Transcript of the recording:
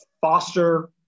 foster